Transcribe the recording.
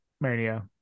Mania